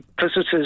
visitors